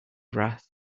wrath